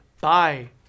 bye